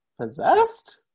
possessed